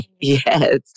yes